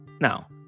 Now